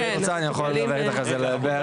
אם את רוצה אני יכול לדבר איתך על זה באריכות.